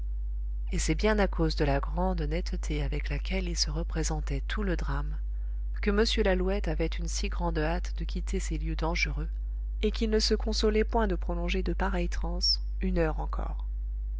et c'est bien à cause de la grande netteté avec laquelle il se représentait tout le drame que m lalouette avait une si grande hâte de quitter ces lieux dangereux et qu'il ne se consolait point de prolonger de pareilles transes une heure encore